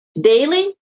daily